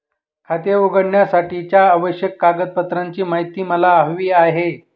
खाते उघडण्यासाठीच्या आवश्यक कागदपत्रांची माहिती मला हवी आहे